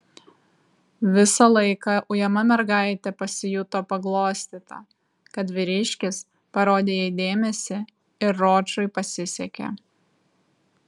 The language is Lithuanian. visą laiką ujama mergaitė pasijuto paglostyta kad vyriškis parodė jai dėmesį ir ročui pasisekė